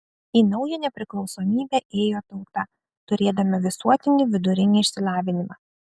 į naują nepriklausomybę ėjo tauta turėdama visuotinį vidurinį išsilavinimą